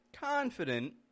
confident